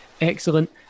excellent